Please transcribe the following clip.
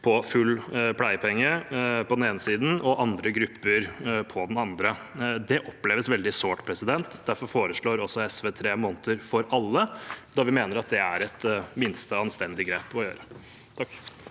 på fulle pleiepenger på den ene siden, og andre grupper på den andre. Det oppleves veldig sårt. Derfor foreslår SV tre måneder for alle, da vi mener det er et anstendig grep å ta.